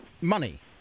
Money